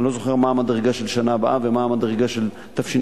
אני לא זוכר מה המדרגה של השנה הבאה ומה המדרגה של תשע"ג.